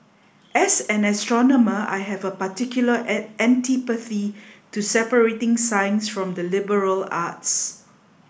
as an astronomer I have a particular an antipathy to separating science from the liberal arts